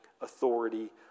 authority